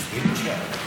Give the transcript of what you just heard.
אדוני היושב-ראש,